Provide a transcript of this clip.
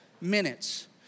minutes